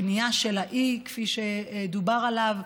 בנייה של האי, כפי שדובר עליו,